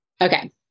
Okay